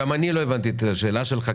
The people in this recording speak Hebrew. גם אני לא הבנתי את השאלה שלך,